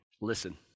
Listen